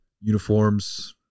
uniforms